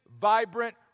vibrant